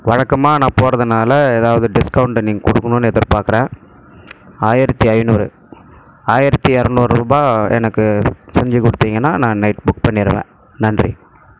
வழக்கமாக நான் போறதினால ஏதாவது டிஸ்கவுண்ட்டை நீங்கள் கொடுக்கணும்னு எதிர்பாக்கிறேன் ஆயிரத்தி ஐநூறு ஆயிரத்தி இரநூறு ரூபாய் எனக்கு செஞ்சு கொடுத்தீங்கன்னா நான் நைட்டு புக் பண்ணிடுவேன் நன்றி